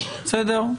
בסדר,